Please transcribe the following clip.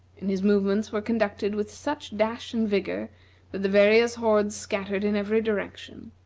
and his movements were conducted with such dash and vigor that the various hordes scattered in every direction,